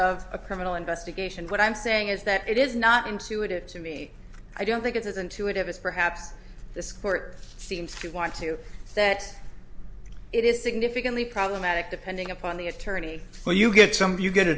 of a criminal investigation what i'm saying is that it is not intuitive to me i don't think it's as intuitive as perhaps this court seems to want to set it is significantly problematic depending upon the attorney for you get some you get a